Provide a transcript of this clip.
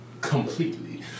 completely